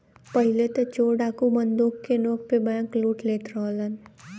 पहिले त चोर डाकू बंदूक के नोक पे बैंकलूट लेत रहलन